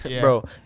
Bro